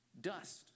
dust